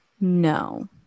No